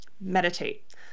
meditate